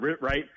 right